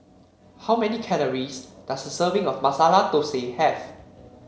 how many calories does a serving of Masala Thosai have